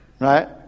Right